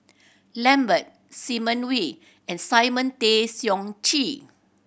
Lambert Simon Wee and Simon Tay Seong Chee